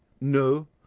no